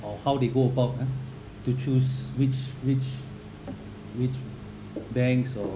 or how they go about uh to choose which which which banks or